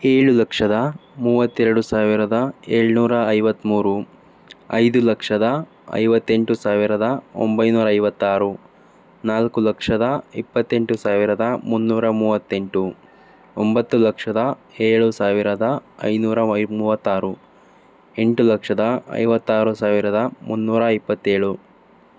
ಏಳು ಲಕ್ಷದ ಮೂವತ್ತೆರಡು ಸಾವಿರದ ಏಳುನೂರ ಐವತ್ಮೂರು ಐದು ಲಕ್ಷದ ಐವತ್ತೆಂಟು ಸಾವಿರದ ಒಂಬೈನೂರ ಐವತ್ತಾರು ನಾಲ್ಕು ಲಕ್ಷದ ಇಪ್ಪತ್ತೆಂಟು ಸಾವಿರದ ಮುನ್ನೂರ ಮೂವತ್ತೆಂಟು ಒಂಬತ್ತು ಲಕ್ಷದ ಏಳು ಸಾವಿರದ ಐನೂರ ವೈ ಮೂವತ್ತಾರು ಎಂಟು ಲಕ್ಷದ ಐವತ್ತಾರು ಸಾವಿರದ ಮುನ್ನೂರ ಇಪ್ಪತ್ತೇಳು